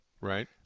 Right